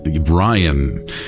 Brian